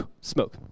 smoke